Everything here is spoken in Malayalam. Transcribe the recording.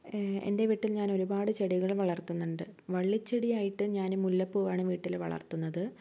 എന്റെ വീട്ടില് ഞാന് ഒരുപാട് ചെടികള് വളര്ത്തുന്നുണ്ട് വള്ളിചെടിയായിട്ട് ഞാന് മൂലപ്പൂവാണ് വീട്ടിൽ വളര്ത്തുന്നത്